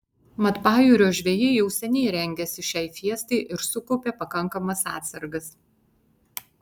mat pajūrio žvejai jau seniai rengėsi šiai fiestai ir sukaupė pakankamas atsargas